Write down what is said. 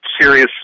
serious